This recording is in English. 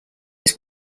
his